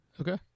Okay